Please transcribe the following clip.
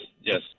yes